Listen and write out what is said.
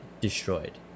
destroyed